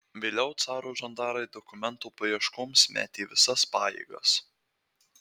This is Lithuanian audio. vėliau caro žandarai dokumento paieškoms metė visas pajėgas